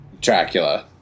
Dracula